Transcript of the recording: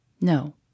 No